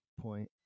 point